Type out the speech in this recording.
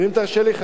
ואם תרשה לי,